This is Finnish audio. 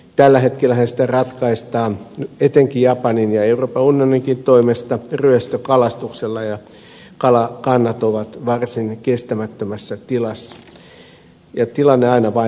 tällä hetkellähän niitä ratkaistaan etenkin japanin ja euroopan unioninkin toimesta ryöstökalastuksella ja kalakannat ovat varsin kestämättömässä tilassa ja tilanne aina vain jatkuu